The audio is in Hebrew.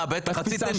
בטח.